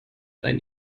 ein